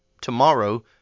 Tomorrow